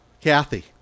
Kathy